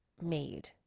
made